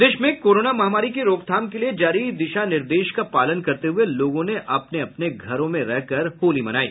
प्रदेश में कोरोना महामारी की रोकथाम के लिए जारी दिशा निर्देश का पालन करते हुए लोगों ने अपने अपने घरों में रहकर होली मनाई